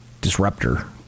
disruptor